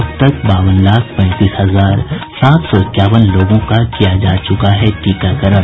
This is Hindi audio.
अब तक बावन लाख पैंतीस हजार सात सौ इक्यावन लोगों का किया जा चुका है टीकाकरण